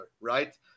right